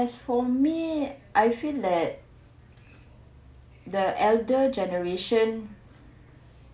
as for me I feel that the elder generation